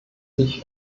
sich